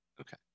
Okay